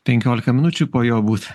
penkiolika minučių po juo būt